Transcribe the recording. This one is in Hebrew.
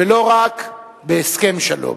ולא רק בהסכם שלום.